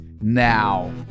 now